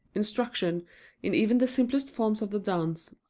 instruction in even the simplest forms of the dance,